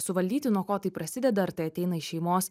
suvaldyti nuo ko tai prasideda ar tai ateina iš šeimos